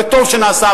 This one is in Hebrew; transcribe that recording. וטוב שנעשה,